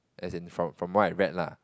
as in from from what I read lah